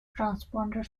transponder